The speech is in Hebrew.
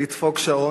לדפוק שעון.